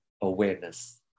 awareness